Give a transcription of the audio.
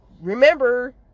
remember